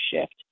shift